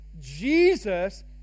jesus